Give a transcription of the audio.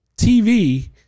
TV